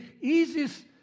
easiest